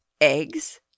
Eggs